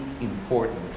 important